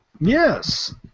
Yes